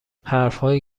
حرفهایی